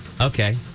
Okay